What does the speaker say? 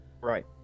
right